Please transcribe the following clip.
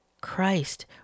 Christ